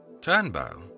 Turnbow